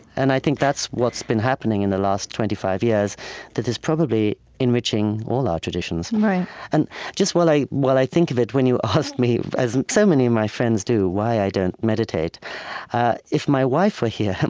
and i think that's what's been happening in the last twenty five years that is probably enriching all our traditions and just while i while i think of it, when you asked me, as so many of my friends do, why i don't meditate if my wife were here,